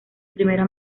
primera